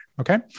okay